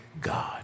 God